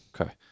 Okay